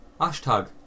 hashtag